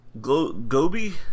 Gobi